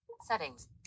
Settings